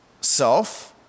self